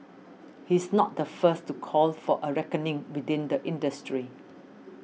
he's not the first to call for a reckoning within the industry